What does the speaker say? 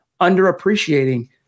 underappreciating